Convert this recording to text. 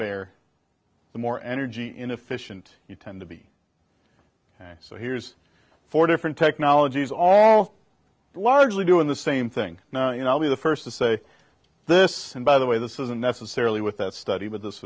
bear the more energy inefficient you tend to be so here's four different technologies all largely doing the same thing and i'll be the first to say this and by the way this isn't necessarily with that study but this